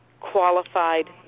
qualified